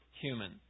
human